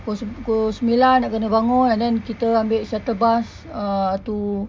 pukul sep~ pukul sembilan nak kena bangun and then kita ambil shuttle bus err to